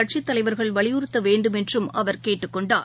கட்சித் தலைவா்கள் வலியுறுத்தவேண்டுமென்றும் அவர் கேட்டுக் கொண்டார்